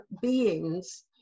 beings